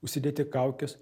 užsidėti kaukes